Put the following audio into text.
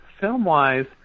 film-wise